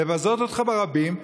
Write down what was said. לבזות אותך ברבים,